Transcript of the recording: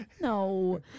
No